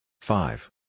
five